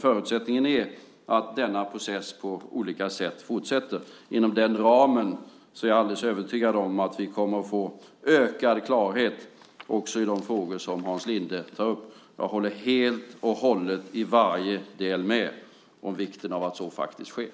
Förutsättningen är dock att processen på olika sätt fortsätter inom den ramen, och jag är alldeles övertygad om att vi då också kommer att få ökad klarhet i de frågor som Hans Linde tar upp. Jag håller helt och hållet, i varje del, med om vikten av att så sker.